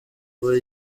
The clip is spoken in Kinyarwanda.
kuba